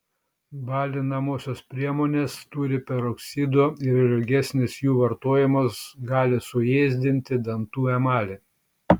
balinamosios priemonės turi peroksido ir ilgesnis jų vartojimas gali suėsdinti dantų emalį